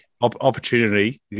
opportunity